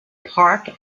park